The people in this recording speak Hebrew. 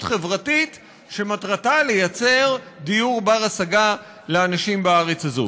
חברתית שמטרתה לייצר דיור בר-השגה לאנשים בארץ הזאת.